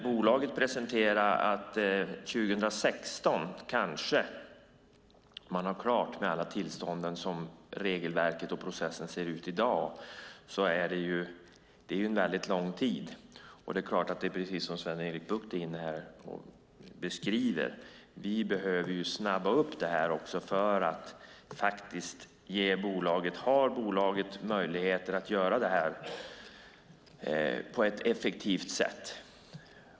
Bolaget presenterar att man kanske år 2016 kommer att ha blivit klar och fått alla tillstånd enligt det regelverk och den process som gäller i dag. Det är en väldigt lång tid, och precis som Sven-Erik Bucht säger behöver vi snabba upp detta för att bolaget ska ha möjligheter att göra detta på ett effektivt sätt.